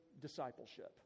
discipleship